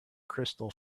crystal